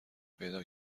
پیدا